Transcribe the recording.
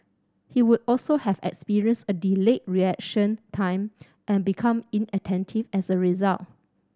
he would also have experienced a delayed reaction time and become inattentive as a result